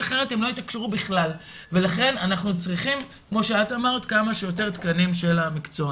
אני הכנסתי מגמת מוסיקה בבית הספר המקיף בית-ג'אן,